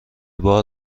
بار